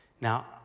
Now